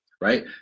right